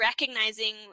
recognizing